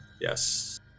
Yes